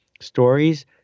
stories